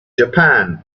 japan